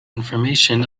information